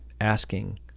asking